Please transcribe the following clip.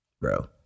Bro